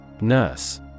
Nurse